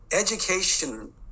education